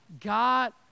God